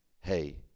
hey